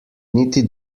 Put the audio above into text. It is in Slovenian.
niti